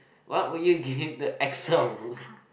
what would you give the accent